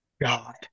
God